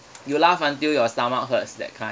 you laugh until your stomach hurts that kind